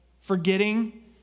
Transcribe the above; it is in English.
forgetting